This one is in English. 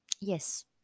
yes